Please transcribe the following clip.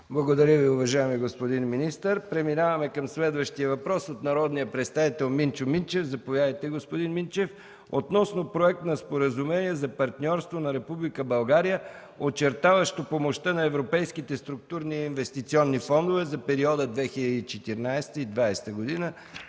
Благодаря Ви, уважаеми господин министър. Преминаваме към следващия въпрос от народния представител Минчо Минчев относно проект на Споразумение за партньорство на Република България, очертаващо помощта на европейските структурни инвестиционни фондове за периода 2014-2020 г.,